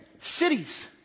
cities